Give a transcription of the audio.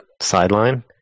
sideline